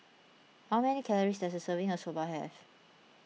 how many calories does a serving of Soba have